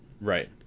Right